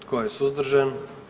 Tko je suzdržan?